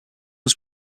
was